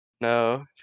no